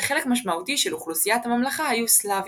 וחלק משמעותי של אוכלוסיית הממלכה היו סלאבים.